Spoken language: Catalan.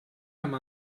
amb